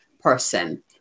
person